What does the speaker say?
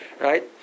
Right